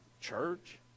church